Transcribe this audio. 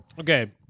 Okay